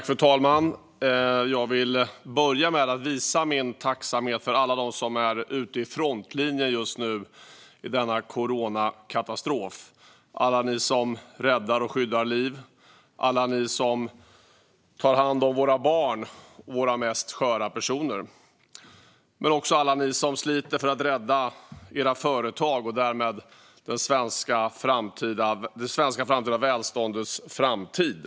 Fru talman! Jag vill börja med att uttrycka min tacksamhet till alla dem som är ute i frontlinjen just nu i denna coronakatastrof - alla de som räddar och skyddar liv och alla de som tar hand om våra barn och våra mest sköra personer. Men det handlar också om alla er som sliter för att rädda era företag och därmed det svenska välståndets framtid.